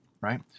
right